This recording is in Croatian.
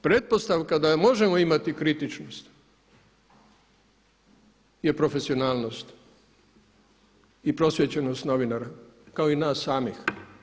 Pretpostavka da možemo imati kritičnost je profesionalnost i prosvjećenost novinara kao i nas samih.